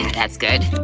that's good.